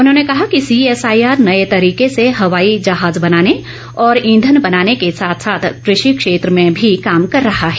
उन्होंने कहा कि सीएसआईआर नए तरीके से हवाई जहाज बनाने और ईंधन बनाने के साथ साथ कृषि क्षेत्र में भी काम कर रहा है